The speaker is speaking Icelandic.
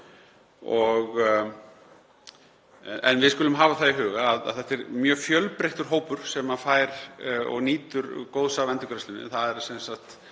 en við skulum hafa það í huga að þetta er mjög fjölbreyttur hópur sem fær og nýtur góðs af endurgreiðslunni.